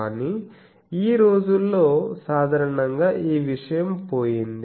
కానీ ఈ రోజుల్లో సాధారణంగా ఈ విషయం పోయింది